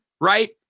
right